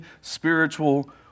spiritual